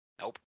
Nope